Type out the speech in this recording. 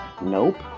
Nope